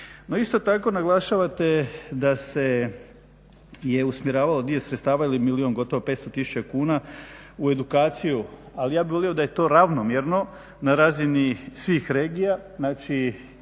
isto tako naglašavate da se je usmjeravalo dio sredstava ili milijun, gotovo 500 tisuća kuna u edukaciju, ali ja bih volio da je to ravnomjerno na razini svih regija.